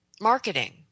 marketing